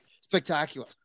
spectacular